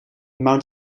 mount